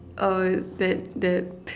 oh that that